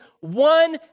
one